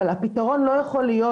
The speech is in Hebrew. אבל הפתרון לא יכול להיות,